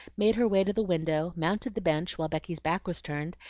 made her way to the window, mounted the bench while becky's back was turned,